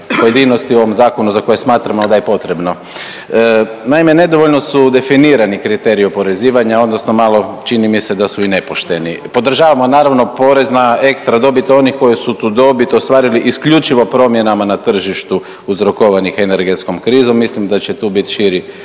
pojedinosti u ovom zakonu za koje smatramo da je potrebno. Naime, nedovoljno su definirani kriteriji oporezivanja, odnosno malo čini mi se da su i nepošteni. Podržavamo naravno porez na ekstra dobit onih koji su tu dobit ostvarili isključivo promjenama na tržištu uzrokovanih energetskom krizom. Mislim da će tu biti širi